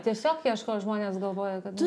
tiesiog ieško žmonės galvoja kad